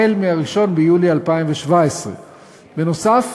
החל ב-1 ביולי 2017. נוסף